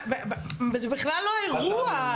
זה בכלל לא האירוע.